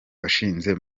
washinze